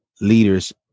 leaders